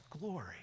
glory